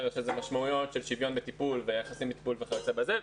יש לזה משמעויות של שוויון בטיפול ויחסים בטיפול וכיוצא בזה.